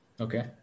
Okay